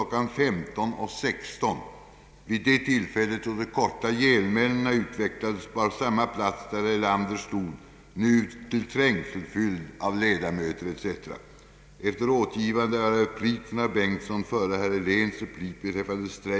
15.16. Vid det tillfälle då de korta genmälena utväxlades var samma plats där herr Erlander nu stod trängselfylld av ledamöter etc.